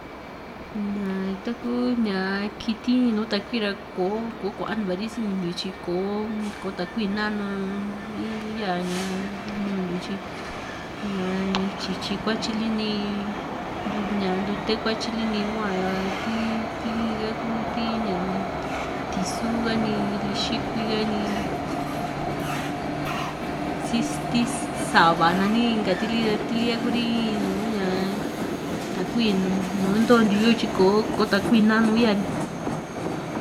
ñaa taku ña kiti in nùù takuira ko kò´o kuantuari sinintiu tyi kò´o takui nanu nyaa ñaa ñuu ntiu tyi ñaa tyityi kuatyi ni ntute kuatyi ni hua ra ti ti in´ha kuña ti´su ka ni in lixikui ha ni si ti sa´va nani inka tili ra tili ka Kuri in nùù ña takui nu ntontiu yo tyi kò´o takuí nanu yaani.